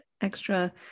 extra